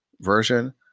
version